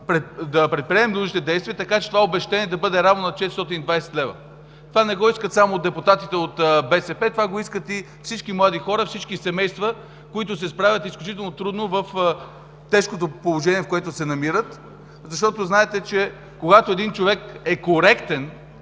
да предприемем нужните действия, така че това обезщетение да бъде равно на 420 лв. Това не го искат само депутатите от БСП, искат го всички млади хора, всички семейства, които се справят изключително трудно с тежкото положение, в което се намират. Когато един човек е коректен